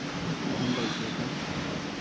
Hyundai Creta